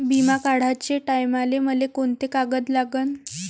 बिमा काढाचे टायमाले मले कोंते कागद लागन?